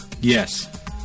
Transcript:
Yes